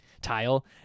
tile